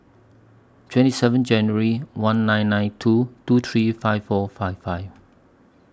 twenty seven January one nine nine two two three five four five five